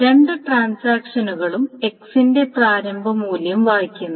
രണ്ട് ട്രാൻസാക്ഷനുകളും x ന്റെ പ്രാരംഭ മൂല്യം വായിക്കുന്നു